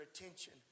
attention